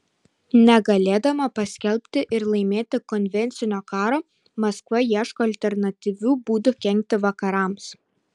negalėdama paskelbti ir laimėti konvencinio karo maskva ieško alternatyvių būdų kenkti vakarams